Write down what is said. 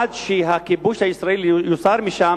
עד שהכיבוש הישראלי יוסר משם,